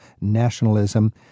nationalism